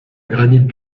granite